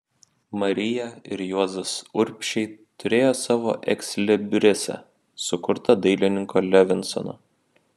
marija ir juozas urbšiai turėjo savo ekslibrisą sukurtą dailininko levinsono